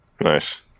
Nice